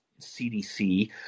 CDC